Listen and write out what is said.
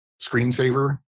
screensaver